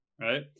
Right